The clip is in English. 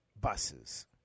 buses